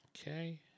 Okay